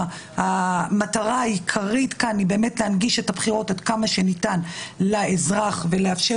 המטרה העיקרית היא להנגיש את הבחירות עד כמה שניתן לאזרח ולאפשר